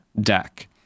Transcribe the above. deck